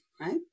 right